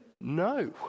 no